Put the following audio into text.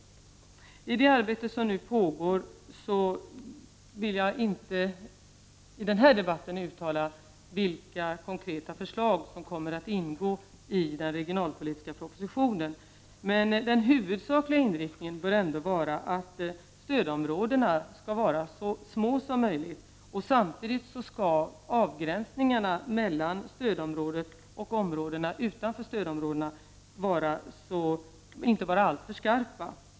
Medan detta arbete pågår vill jag inte i den här debatten uttala vilka konkreta förslag som kommer att ingå i den regionalpolitiska propositionen, men den huvudsakliga inriktningen bör ändå vara att stödområdena skall vara så små som möjligt, och samtidigt skall avgränsningarna mellan stödområdena och områdena utanför inte vara alltför skarpa.